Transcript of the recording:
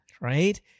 right